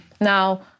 Now